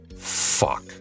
Fuck